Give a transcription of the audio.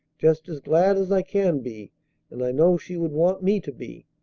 just as glad as i can be and i know she would want me to be.